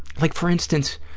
like, for instance,